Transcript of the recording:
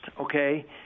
Okay